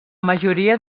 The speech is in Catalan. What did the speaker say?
majoria